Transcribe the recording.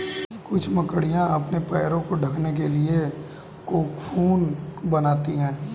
कुछ मकड़ियाँ अपने पैरों को ढकने के लिए कोकून बनाती हैं